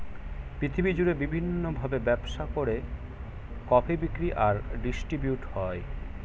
পৃথিবী জুড়ে বিভিন্ন ভাবে ব্যবসা করে কফি বিক্রি আর ডিস্ট্রিবিউট হয়